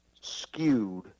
skewed